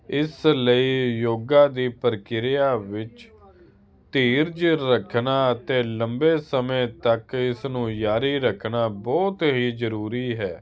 ਇਸ ਲਈ ਯੋਗਾ ਦੀ ਪ੍ਰਕਿਰਿਆ ਵਿੱਚ ਧੀਰਜ ਰੱਖਣਾ ਅਤੇ ਲੰਬੇ ਸਮੇਂ ਤੱਕ ਇਸ ਨੂੰ ਜਾਰੀ ਰੱਖਣਾ ਬਹੁਤ ਹੀ ਜ਼ਰੂਰੀ ਹੈ